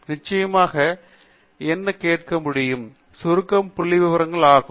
நிச்சயமாக என்ன கேட்க முடியும் சுருக்கம் புள்ளிவிவரங்கள் ஆகும்